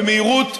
במהירות,